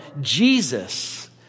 Jesus